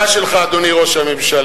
הממשלה שלך, אדוני ראש הממשלה,